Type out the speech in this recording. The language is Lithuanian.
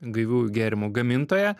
gaiviųjų gėrimų gamintoja